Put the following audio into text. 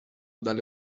dalle